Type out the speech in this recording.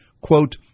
Quote